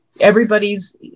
everybody's